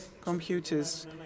Computers